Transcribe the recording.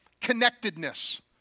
connectedness